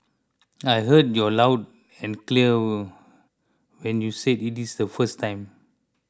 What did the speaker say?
I heard you loud and clear when you said it is the first time